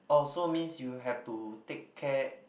uh so means you have to take care